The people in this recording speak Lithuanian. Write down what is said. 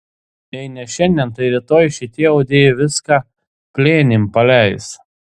jei ne šiandien tai rytoj šitie audėjai viską plėnim paleis